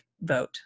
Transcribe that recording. vote